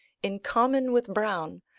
in common with browne,